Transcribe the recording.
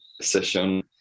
session